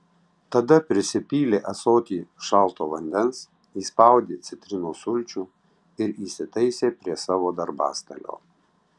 tada prisipylė ąsotį šalto vandens įspaudė citrinos sulčių ir įsitaisė prie savo darbastalio